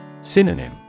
Synonym